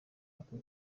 ako